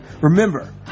Remember